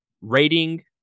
Rating